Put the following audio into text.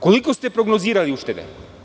Koliko ste prognozirali uštede?